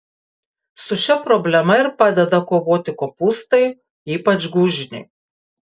su šia problema ir padeda kovoti kopūstai ypač gūžiniai